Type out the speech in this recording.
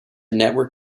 network